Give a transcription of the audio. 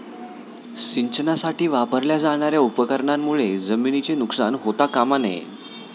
सिंचनासाठी वापरल्या जाणार्या उपकरणांमुळे जमिनीचे नुकसान होता कामा नये